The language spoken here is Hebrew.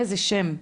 איזה שם.